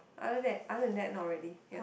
other than other than not really ya